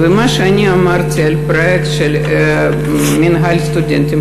מה שאני אמרתי על הפרויקט של מינהל הסטודנטים